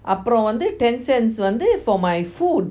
அப்புறம் வந்து:apram vanthu ten cents வந்து:vanthu for my food